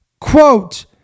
quote